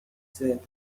said